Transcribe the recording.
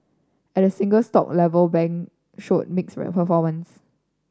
at the single stock level bank showed mixed performances